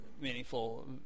meaningful